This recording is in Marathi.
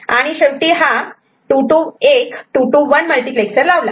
आणि शेवटी हा एक 2 to 1 मल्टिप्लेक्स लावला